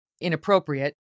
inappropriate